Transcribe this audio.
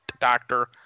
doctor